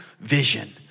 vision